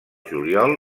juliol